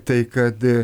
tai kad